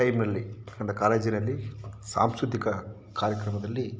ಟೈಮಲ್ಲಿ ನನ್ನ ಕಾಲೇಜಿನಲ್ಲಿ ಸಾಂಸ್ಕೃತಿಕ ಕಾರ್ಯಕ್ರಮದಲ್ಲಿ